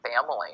family